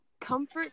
comfort